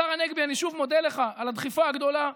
השר הנגבי, אני שוב מודה לך על הדחיפה הגדולה.